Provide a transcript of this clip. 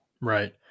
Right